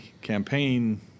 campaign